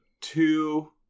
two